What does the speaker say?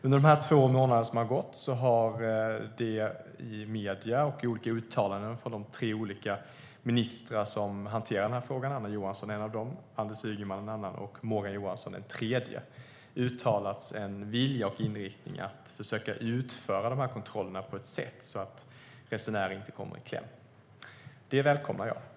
Under de två månader som har gått har det i medierna gjorts uttalanden från de tre olika ministrar som hanterar frågan. Anna Johansson är en av dem, Anders Ygeman är en annan och Morgan Johansson är en tredje. Det har uttalats en vilja och en inriktning att försöka utföra kontrollerna på ett sätt så att resenärer inte kommer i kläm. Det välkomnar jag.